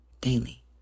daily